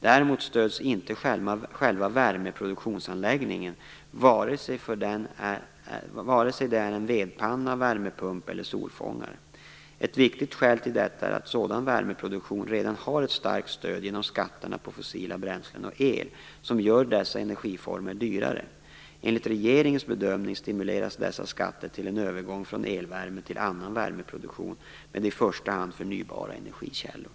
Däremot stöds inte själva värmeproduktionsanläggningen vare sig den är en vedpanna, värmepump eller solfångare. Ett viktigt skäl till detta är att sådan värmeproduktion redan har ett starkt stöd genom skatterna på fossila bränslen och el, som gör dessa energiformer dyrare. Enligt regeringens bedömning stimulerar dessa skatter till en övergång från elvärme till annan värmeproduktion, med i första hand förnybara energikällor.